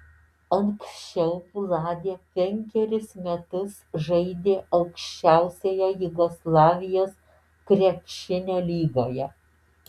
anksčiau vladė penkerius metus žaidė aukščiausioje jugoslavijos krepšinio lygoje